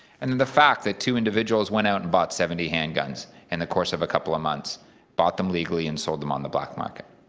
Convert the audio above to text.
and and the fact that two individuals went out and bought seventy handguns in and the course of a couple of months bought them illegally and sold them on the black-market.